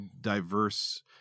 diverse